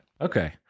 Okay